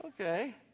okay